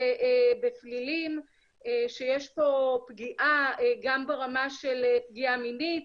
בפלילים ויש פה פגיעה גם ברמה של פגיעה מינית